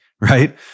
right